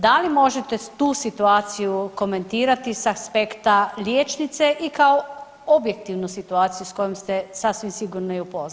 Da li možete tu situaciju komentirati s aspekta liječnice i kao objektivnu situaciju s kojom ste, sasvim sigurno i upoznata.